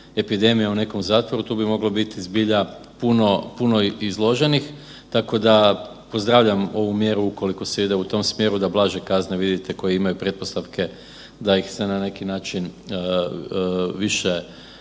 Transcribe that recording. epidemija u nekom zatvoru tu bi moglo biti zbilja puno izloženih, tako da pozdravljam ovu mjeru ukoliko se ide u tom smjeru da blaže kazne vidite koje imaju pretpostavke da ih se na neki način više